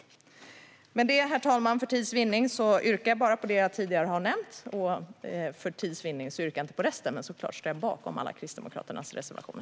Styrande principer inom hälso och sjukvården och en förstärkt vårdgaranti Med det sagt, herr talman, yrkar jag bifall bara till den reservation jag tidigare nämnt. För tids vinnande yrkar jag inte på resten, men jag står såklart bakom alla Kristdemokraternas reservationer.